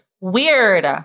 weird